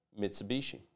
Mitsubishi